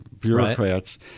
bureaucrats